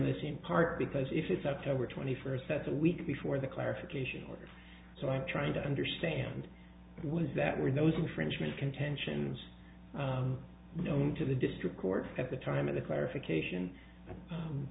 this in part because if it's september twenty first that's a week before the clarification or so i'm trying to understand was that were those infringement contentions known to the district court at the time of the clarification